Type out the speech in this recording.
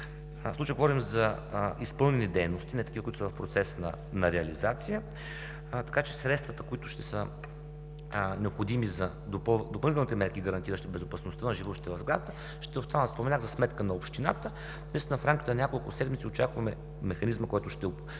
В случая говорим за изпълнени дейности, не такива, които са в процес на реализация, така че средствата, които ще са необходими за допълнителните мерки, гарантиращи безопасността на живущите в сградата, ще останат за сметка на общината. Наистина в рамките на няколко седмици очакваме механизма, който ще